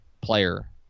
player